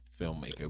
filmmaker